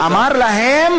אמר להם